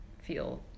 feel